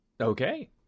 Okay